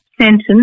sentence